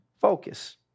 focus